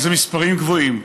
הם מספרים גבוהים.